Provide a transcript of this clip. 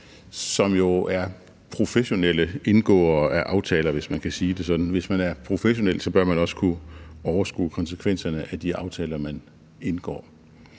man kan sige det sådan. Hvis man er professionel, bør man også kunne overskue konsekvenserne af de aftaler, man indgår.